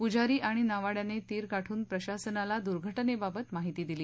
पुजारी आणि नावाङ्याने तीर गाठून प्रशासनाला दुर्घटनेबाबत माहिती दिली